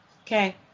okay